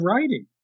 writing